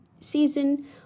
season